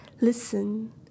listen